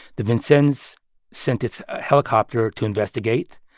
the vincennes sent its helicopter to investigate.